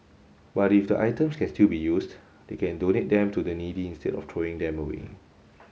but if the items can still be used they can donate them to the needy instead of throwing them away